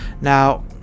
now